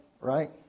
right